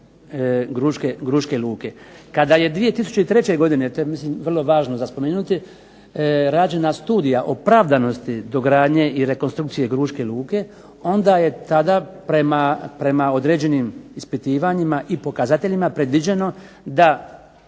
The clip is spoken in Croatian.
Gruške luke. Kada je 2003. godine, to je mislim vrlo važno za spomenuti, rađena studija opravdanosti dogradnje i rekonstrukcije Gruške luke, onda je tada prema određenim ispitivanjima i pokazateljima predviđeno da